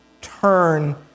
turn